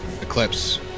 Eclipse